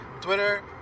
Twitter